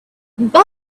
but